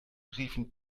riefen